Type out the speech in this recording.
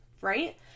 right